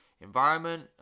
environment